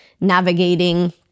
navigating